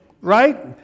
right